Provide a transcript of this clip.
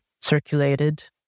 circulated